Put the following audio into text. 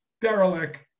derelict